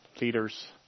leaders